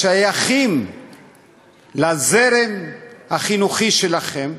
לזרם החינוכי שלכם,